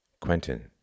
Quentin